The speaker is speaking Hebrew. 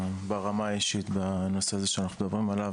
ברמה האישית בנושא הזה שאנחנו מדברים עליו,